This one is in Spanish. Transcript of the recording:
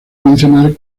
mencionar